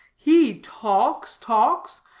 he talks, talks.